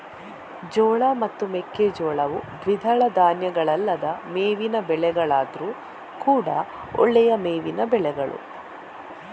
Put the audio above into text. ಜೋಳ ಮತ್ತು ಮೆಕ್ಕೆಜೋಳವು ದ್ವಿದಳ ಧಾನ್ಯಗಳಲ್ಲದ ಮೇವಿನ ಬೆಳೆಗಳಾದ್ರೂ ಕೂಡಾ ಒಳ್ಳೆಯ ಮೇವಿನ ಬೆಳೆಗಳು